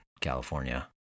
California